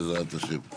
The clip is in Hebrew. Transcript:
בעזרת השם.